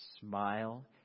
smile